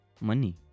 money